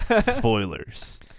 Spoilers